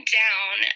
down